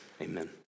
Amen